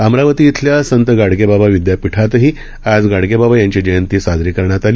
अमरावती इथल्या संत गाडगे बाबा विद्यापीठातही आज गाडगेबाबा यांची जयंती साजरी करण्यात आली